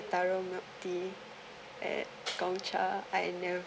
taro milk tea at gong-cha I